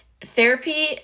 therapy